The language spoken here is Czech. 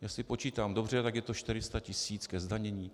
Jestli počítám dobře, tak je to 400 tis. ke zdanění.